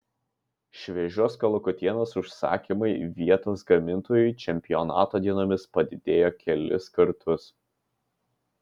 šviežios kalakutienos užsakymai vietos gamintojui čempionato dienomis padidėjo kelis kartus